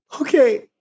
Okay